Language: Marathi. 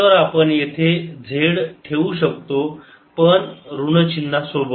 तर आपण येथे z ठेवू शकतो पण ऋण चिन्हा सोबत